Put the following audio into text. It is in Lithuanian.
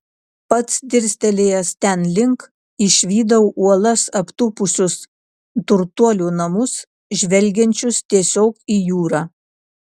pats dirstelėjęs ten link išvydau uolas aptūpusius turtuolių namus žvelgiančius tiesiog į jūrą